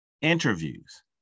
interviews